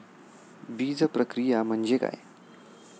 बीजप्रक्रिया म्हणजे काय?